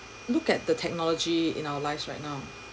look at the technology in our lives right now